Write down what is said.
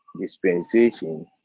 dispensation